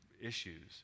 issues